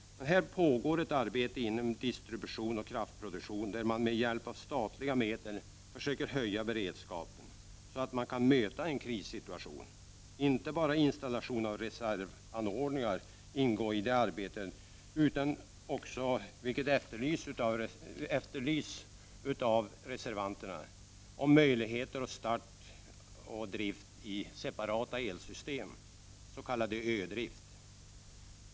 Här pågår ett arbete inom distribution och kraftproduktion, där man med hjälp av statliga medel försöker höja beredskapen, så att man kan möta en krissituation. Inte bara installation av reservanordningar ingår i det arbetet utan också — vilket efterlyses av reservanterna — åtgärder som möjliggör start och drift i separata elsystem, s.k. Ö-drift.